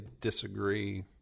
disagree